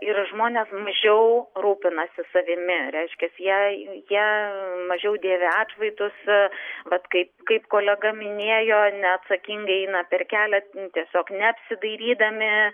ir žmonės mažiau rūpinasi savimi reiškias jei jie mažiau dėvi atšvaitus vat kaip kaip kolega minėjo neatsakingai eina per kelią tiesiog neapsidairydami